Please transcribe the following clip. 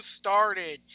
started